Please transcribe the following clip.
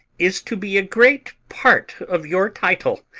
is to be a great part of your title,